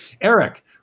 eric